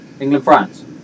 England-France